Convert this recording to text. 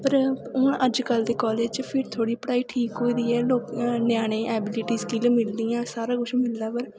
पर हून अज्ज कल दे कालेज़ च फिर थोह्ड़ी पढ़ाई ठीक होई दी ऐ ञ्यानें गी ऐबलिटी स्किल मिलदियां सारा कुछ मिलदा पर